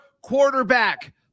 quarterback